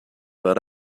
but